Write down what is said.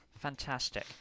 Fantastic